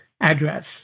address